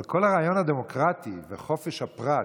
אבל כל הרעיון הדמוקרטי וחופש הפרט